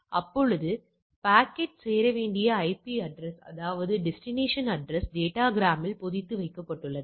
அப்பொழுது பாக்கெட் சேரவேண்டிய IP address அதாவது டெஸ்டினேஷன் அட்ரஸ் டேட்டா கிராமில் பொதித்து வைக்கப்பட்டுள்ளது